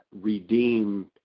redeemed